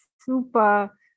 super